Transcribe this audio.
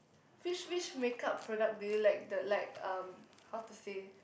which which makeup product do you like the like um how to say